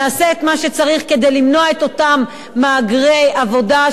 נעשה את מה שצריך כדי למנוע את אותם מהגרי עבודה,